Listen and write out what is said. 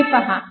हे पहा